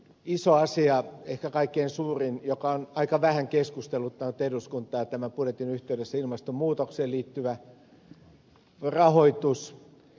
iso asia ehkä kaikkein suurin joka on aika vähän keskusteluttanut eduskuntaa tämän budjetin yhteydessä on ilmastonmuutokseen liittyvä rahoitus